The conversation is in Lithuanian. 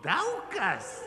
tau kas